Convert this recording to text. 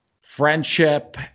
friendship